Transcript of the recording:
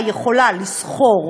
ואז הסיעה יכולה לסחור,